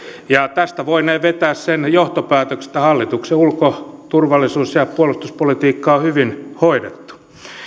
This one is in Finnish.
ja tästä voinee vetää sen johtopäätöksen että hallituksen ulko turvallisuus ja puolustuspolitiikkaa on hyvin hoidettu